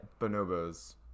bonobos